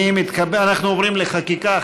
אנחנו עוברים לחקיקה,